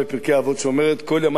כל ימי גדלתי בין החכמים,